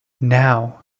now